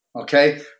okay